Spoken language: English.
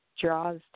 draws